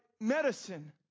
medicine